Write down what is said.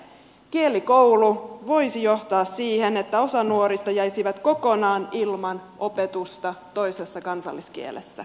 kielikokeilu voisi johtaa siihen että osa nuorista jäisi kokonaan ilman opetusta toisessa kansalliskielessä